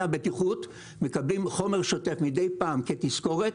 הבטיחות מקבלים חומר שוטף מדי פעם כתזכורת.